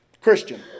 Christian